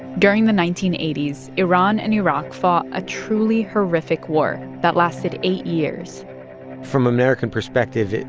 during the nineteen eighty s, iran and iraq fought a truly horrific war that lasted eight years from american perspective,